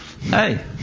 Hey